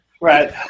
Right